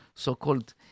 So-called